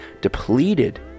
depleted